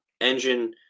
engine